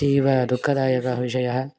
अतीव दुःखदायकः विषयः